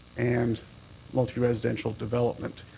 and multi-residential development.